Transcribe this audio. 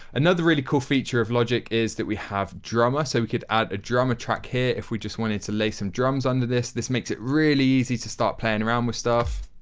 another really cool feature of logic is that we have drummer. so, we could add drummer track here if we just wanted to lay some drums under this. this makes it really easy to start playing around with stuff.